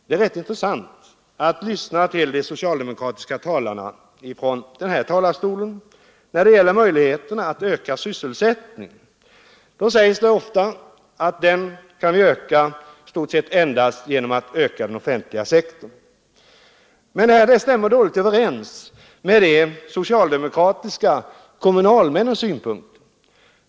Det är rätt intressant att lyssna till de socialdemokratiska talarna från denna talarstol när det gäller möjligheterna att öka sysselsättningen. Då sägs det ofta att vi kan öka den i stort sett endast genom att öka den offentliga sektorn. Men det stämmer dåligt överens med de socialdemokratiska kommunalmännens synpunkter.